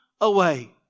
away